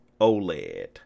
OLED